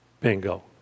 Bingo